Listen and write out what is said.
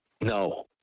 No